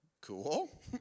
cool